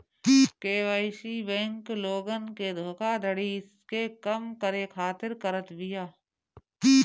KYC bank लोगन के धोखाधड़ी के कम करे खातिर करत बिया